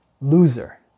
loser